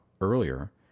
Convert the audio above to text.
earlier